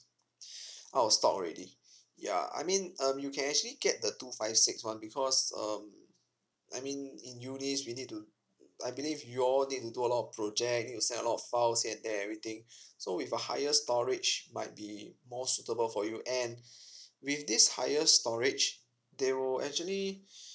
out of stock already ya I mean um you can actually get the two five six one because um I mean in unis~ we need to I believe you all need to do a lot of project need to send a lot of files here and there everything so with a higher storage might be more suitable for you and with this higher storage they will actually